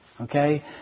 okay